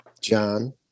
John